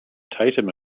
tatum